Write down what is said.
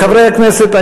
חברי הכנסת,